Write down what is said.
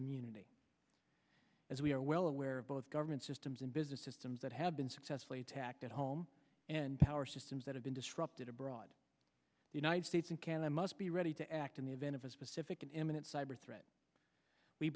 immunity as we are well aware of both government systems and business systems that have been successfully attacked at home and power systems that have been disrupted abroad united states and canada must be ready to act in the event of a specific and imminent cyber threat we